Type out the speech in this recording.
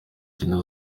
cyenda